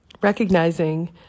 recognizing